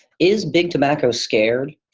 is big tobacco scared?